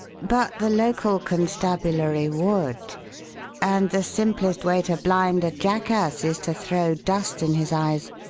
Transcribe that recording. but the local constabulary would and the simplest way to blind a jackass is to throw dust in his eyes.